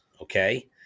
okay